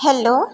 hello